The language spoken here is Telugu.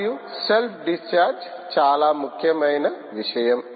మరియు సెల్ఫ్ డిశ్చార్జ్ చాలా ముఖ్యమైన విషయం